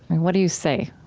what do you say?